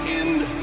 end